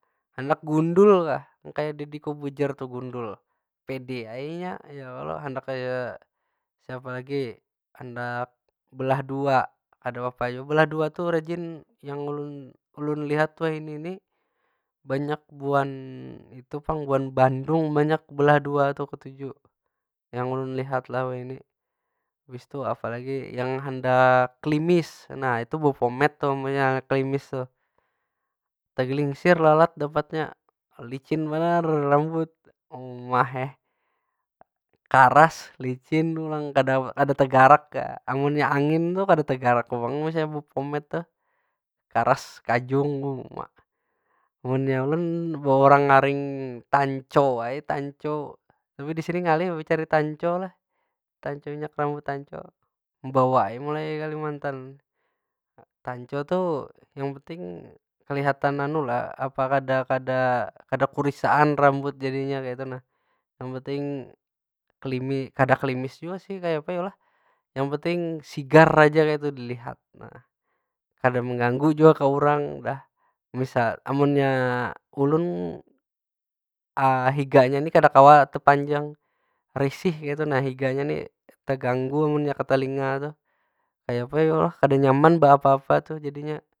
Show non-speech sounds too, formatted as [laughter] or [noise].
Handak gundul kah, kaya dedy cobuzer tu gundul. Pede ai inya, ya kalo. Handak kaya siapa lagi? Handak belah dua kadapapa jua belah dua tu rajin, yang ulun- ulun lihat wahini ni. Banyak buan itu pang, buan bandung banyak belah dua tu ketuju. Yang ulun lihat lah wahini. Itu apa lagi yang handak klimis, nah. Itu bepomade tu amunnya beklimis tu. Tegelingsir lalat dapatnya. Licin banar rambut, uma heh. Karas, licin pulang, kada [hesitation] kada tegarak. Amunnya angin tu kada tegarak tu pang misalnya bepomade tuh. Karas kajung, uma. Munnya ulun beurang- aring tancho ai, tancho. Tapi disini ngalih becari tancho lah. Tancho minyak rambut tancho. Membawa ai mulai kalimantan. Tancho tu yang penting kelihatan [hesitation] apa kada- kada kurisaan rambut jadinya kaytu nah. Yang penting [hesitation] kada klimis jua sih, kayapa yo lah? Yang penting sigar aja kaytu dilihat. Nah, kada mengganggu jua ka urang, dah. Misal, amunnya ulun [hesitation] hidanya di kada kawa tepanjang, risih kaytu nah higanya nih. Teganggu amunnya ketelinga tuh. Kayapa yo lah? Kada nyaman beapa- apa tu jadinya.